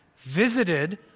Visited